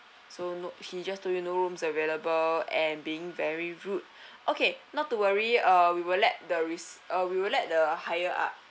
so no he just to told you no rooms available and being very rude okay not to worry uh we will let the res~ uh we will let the higher up